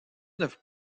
neuf